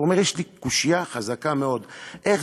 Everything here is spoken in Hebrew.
אומר לו: יש לי קושיה חזקה מאוד: איך